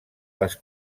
les